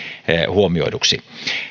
huomioiduksi